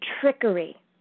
trickery